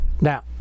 Now